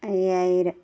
അഞ്ചായിരം